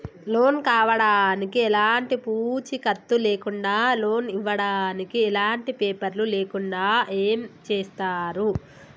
Loan కావడానికి ఎలాంటి పూచీకత్తు లేకుండా లోన్ ఇవ్వడానికి ఎలాంటి పేపర్లు లేకుండా ఏం చేస్తారు?